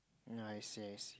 non it says